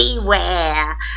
beware